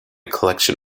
collection